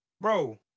Bro